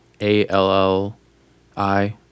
A-L-L-I